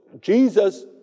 Jesus